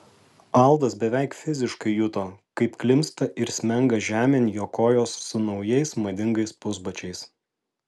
aldas beveik fiziškai juto kaip klimpsta ir smenga žemėn jo kojos su naujais madingais pusbačiais